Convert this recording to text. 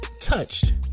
touched